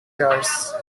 aires